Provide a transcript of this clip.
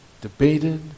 debated